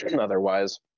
Otherwise